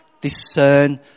discern